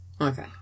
Okay